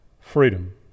Freedom